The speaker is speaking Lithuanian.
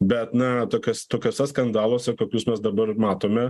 bet na tokios tokiuose skandaluose kokius mes dabar matome